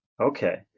okay